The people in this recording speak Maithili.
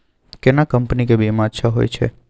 केना कंपनी के बीमा अच्छा होय छै?